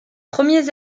premiers